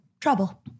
trouble